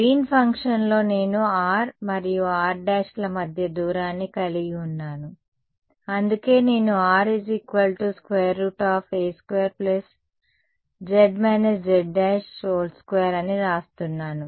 green ఫంక్షన్లో నేను r మరియు rల మధ్య దూరాన్ని కలిగి ఉన్నాను అందుకే నేను R a2 z z2 అని వ్రాస్తున్నాను